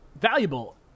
valuable